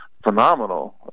Phenomenal